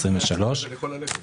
אנחנו עובדים גם עם משרד הכלכלה,